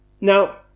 Now